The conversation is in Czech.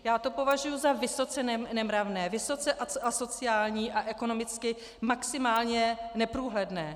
Já to považuji za vysoce nemravné, vysoce asociální a ekonomicky maximálně neprůhledné.